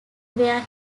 where